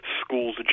schools